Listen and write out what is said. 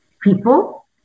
people